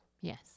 Yes